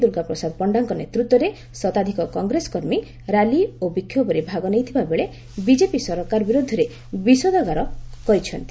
ଦୁର୍ଗାପ୍ରସାଦ ପଣ୍ତାଙ୍କ ନେତୃତ୍ୱରେ ଶତାଧ୍କ କଂଗ୍ରେସ କର୍ମୀ ରାଲି ଓ ବିକ୍ଷୋଭରେ ଭାଗନେଇଥିବା ବେଳେ ବିଜେପି ସରକାର ବିରୋଧରେ ବିଷୋଦଗାର କରିଛନ୍ତି